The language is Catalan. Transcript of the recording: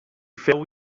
feu